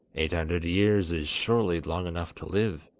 eight hundred years is surely long enough to live